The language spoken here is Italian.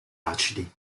acidi